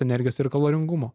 energijos ir kaloringumo